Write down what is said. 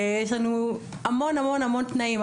יש לנו המון-המון תנאים.